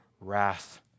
wrath